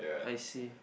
I see